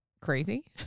crazy